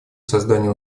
создания